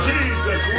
Jesus